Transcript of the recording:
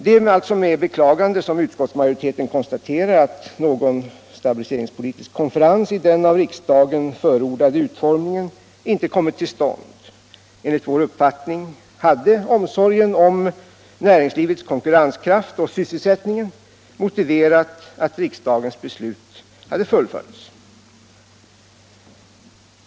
Det är alltså med beklagande som utskottsmajoriteten konstaterar att någon stabiliseringspolitisk konferens i den av riksdagen förordade utformningen inte kommit till stånd. Enligt vår uppfattning hade omsorgen om näringslivets konkurrenskraft och sysselsättningen motiverat att riksdagens beslut fullföljts.